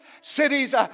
cities